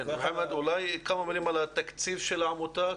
מוחמד, אולי כמה מילים על התקציב של העמותה?